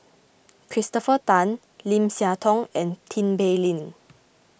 Christopher Tan Lim Siah Tong and Tin Pei Ling